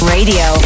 Radio